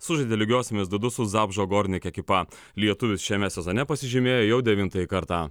sužaidė lygiosiomis du du su zabžo gornik ekipa lietuvis šiame sezone pasižymėjo jau devintąjį kartą